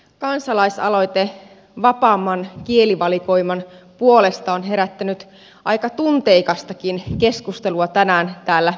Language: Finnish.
kansalaisaloite vapaamman kielivalikoiman puolesta on herättänyt aika tunteikastakin keskustelua tänään täällä eduskunnassa